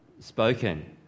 Spoken